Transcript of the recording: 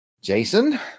Jason